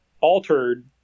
altered